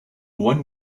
one